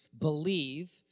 believe